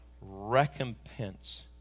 Recompense